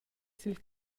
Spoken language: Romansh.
sil